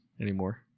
anymore